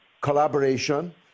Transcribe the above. collaboration